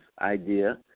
idea